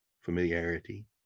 familiarity